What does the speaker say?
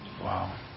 wow